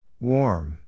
Warm